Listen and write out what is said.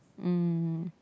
um